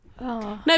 No